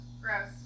Gross